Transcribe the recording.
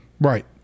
Right